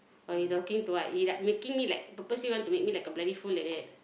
or he talking to what he like making me like purposely want to make me like a bloody fool like that